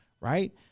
right